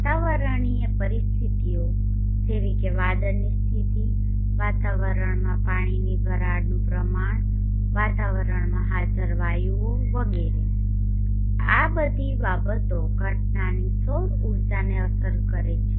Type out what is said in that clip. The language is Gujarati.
વાતાવરણીય પરિસ્થિતિઓ જેવી કે વાદળની સ્થિતિ વાતાવરણમાં પાણીની વરાળનું પ્રમાણ વાતાવરણમાં હાજર વાયુઓ વગેરે આ બધી બાબતો ઘટનાની સૌર ઉર્જાને અસર કરે છે